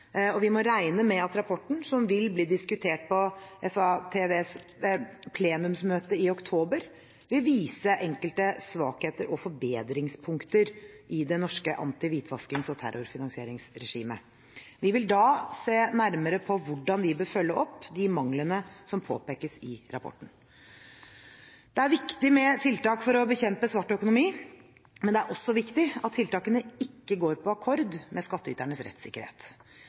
og vi må regne med at rapporten – som vil bli diskutert på FATFs plenumsmøte i oktober – vil vise enkelte svakheter og forbedringspunkter i det norske anti-hvitvaskings- og terrorfinansieringsregimet. Vi vil da se nærmere på hvordan vi bør følge opp de manglene som påpekes i rapporten. Det er viktig med tiltak for å bekjempe svart økonomi, men det er også viktig at tiltakene ikke går på akkord med skattyternes rettssikkerhet.